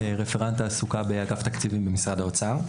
רפרנט תעסוקה באגף תקציבים במשרד האוצר.